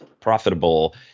profitable